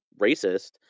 racist